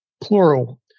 plural